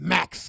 Max